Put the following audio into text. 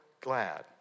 glad